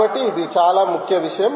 కాబట్టి ఇది చాలా ముఖ్య విషయం